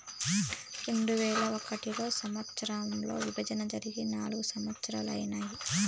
రెండువేల ఒకటో సంవచ్చరంలో విభజన జరిగి నాల్గు సంవత్సరాలు ఐనాయి